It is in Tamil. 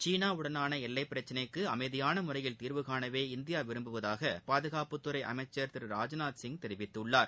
சீனாவுடான எல்லை பிரச்னைக்கு அமைதியான முறையில் தீர்வு காணவே இந்தியா விரும்புவதாக பாதுகாப்புத்துறை அமைச்சர் திரு ராஜ்நாத் சிங் தெரிவித்துள்ளார்